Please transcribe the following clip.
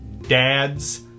dads